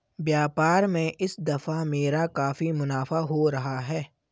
व्यापार में इस दफा मेरा काफी मुनाफा हो रहा है